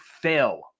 fail